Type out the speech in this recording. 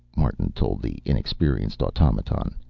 martin told the inexperienced automaton,